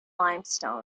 limestone